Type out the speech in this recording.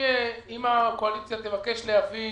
שאם הקואליציה תבקש להביא